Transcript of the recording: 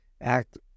Act